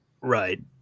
Right